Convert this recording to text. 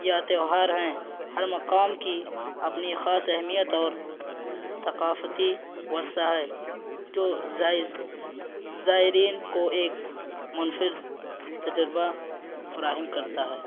یا تہوار ہیں ہر مقام کی اپنی خاص اہمیت اور ثقافتی ورثہ ہے جو زائز زائرین کو ایک منفرد تجربہ فراہم کرتا ہے